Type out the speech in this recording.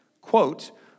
quote